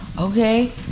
Okay